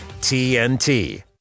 TNT